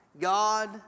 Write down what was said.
God